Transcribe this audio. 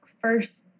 first